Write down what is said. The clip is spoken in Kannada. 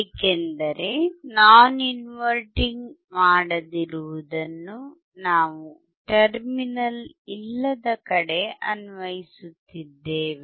ಏಕೆಂದರೆ ನಾನ್ ಇನ್ವರ್ಟಿಂಗ್ ಮಾಡದಿರುವುದನ್ನು ನಾವು ಟರ್ಮಿನಲ್ ಇಲ್ಲದ ಕಡೆ ಅನ್ವಯಿಸುತ್ತಿದ್ದೇವೆ